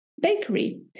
bakery